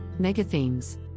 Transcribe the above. Megathemes